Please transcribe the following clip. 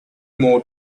more